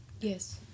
Yes